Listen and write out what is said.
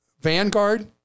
Vanguard